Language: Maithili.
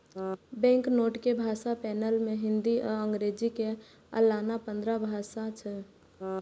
बैंकनोट के भाषा पैनल मे हिंदी आ अंग्रेजी के अलाना पंद्रह भाषा छै